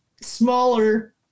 smaller